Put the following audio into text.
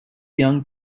young